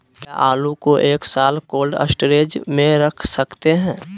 क्या आलू को एक साल कोल्ड स्टोरेज में रख सकते हैं?